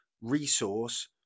resource